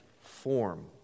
form